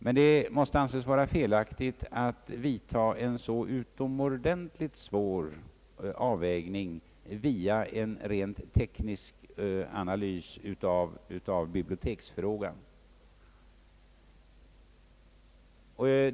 Men det måste anses vara felaktigt att vidta en så utomordentligt svår avvägning via en rent teknisk analys av biblioteksfrågan.